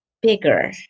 bigger